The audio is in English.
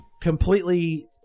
completely